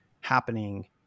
happening